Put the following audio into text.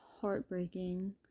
heartbreaking